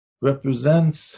represents